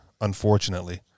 unfortunately